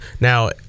now